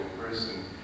person